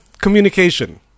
communication